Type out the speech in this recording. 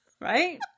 right